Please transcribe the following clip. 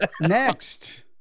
Next